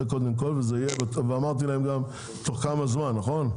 זה קודם כל, וגם אמרתי להם תוך כמה זמן נכון?